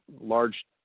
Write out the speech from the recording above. large